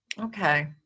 Okay